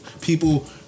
people